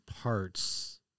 parts